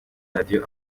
radiyo